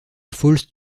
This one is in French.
falls